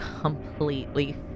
completely